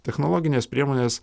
technologinės priemonės